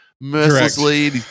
mercilessly